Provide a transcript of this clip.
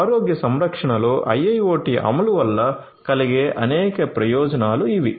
ఆరోగ్య సంరక్షణలో IIoT అమలు వల్ల కలిగే అనేక ప్రయోజనాలు ఇవి